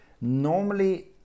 normally